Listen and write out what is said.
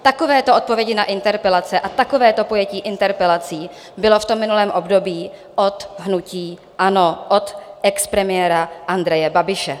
Takovéto odpovědi na interpelace a takovéto pojetí interpelací bylo v tom minulém období od hnutí ANO, od expremiéra Andreje Babiše.